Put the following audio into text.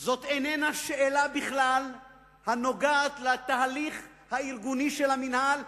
זאת איננה שאלה הנוגעת בכלל לתהליך הארגוני של המינהל,